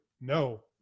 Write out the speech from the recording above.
no